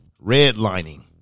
Redlining